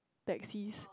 taxis